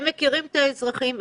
הם מכירים את האזרחים,